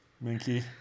Minky